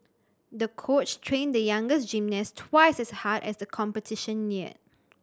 the coach trained the younger gymnast twice as hard as the competition neared